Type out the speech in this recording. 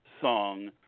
song